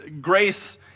grace